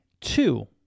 two